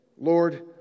Lord